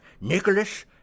Nicholas